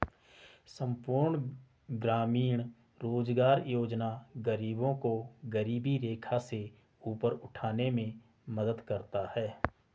संपूर्ण ग्रामीण रोजगार योजना गरीबों को गरीबी रेखा से ऊपर उठाने में मदद करता है